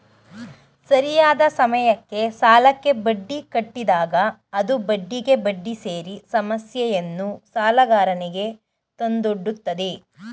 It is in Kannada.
ಸರಿಯಾದ ಸಮಯಕ್ಕೆ ಸಾಲಕ್ಕೆ ಬಡ್ಡಿ ಕಟ್ಟಿದಾಗ ಅದು ಬಡ್ಡಿಗೆ ಬಡ್ಡಿ ಸೇರಿ ಸಮಸ್ಯೆಯನ್ನು ಸಾಲಗಾರನಿಗೆ ತಂದೊಡ್ಡುತ್ತದೆ